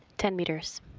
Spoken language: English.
ten meters.